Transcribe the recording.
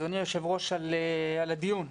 אדוני היושב-ראש על הדיון.